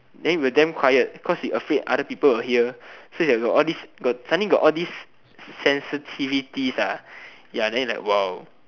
then we were damn quiet cause we afraid other people will hear so that we'll all these got suddenly got all these sensitivities ah ya then it like !wow!